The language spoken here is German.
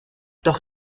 doch